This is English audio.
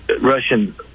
Russian